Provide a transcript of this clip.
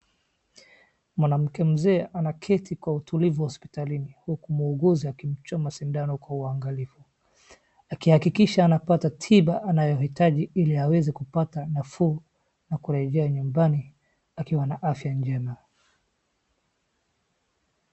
Mwanamke mzee anaketi kwa utulivu hospitalini huku muuguzi akimchoma sindano kwa uangalifu, akihakikisha anapata tiba anayohitaji ili aweze kupata nafuu na kurejea nyumbani akiwa na afya njema.